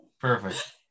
Perfect